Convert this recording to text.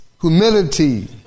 humility